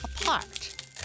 apart